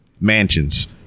mansions